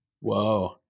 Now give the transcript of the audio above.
Whoa